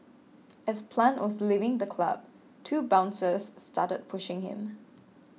as Plant was leaving the club two bouncers started pushing him